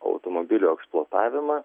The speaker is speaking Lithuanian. automobilio eksploatavimą